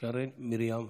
שרן מרים השכל.